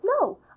No